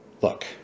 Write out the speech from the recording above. Look